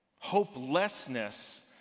Hopelessness